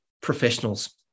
professionals